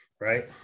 right